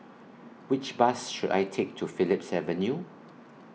Which Bus should I Take to Phillips Avenue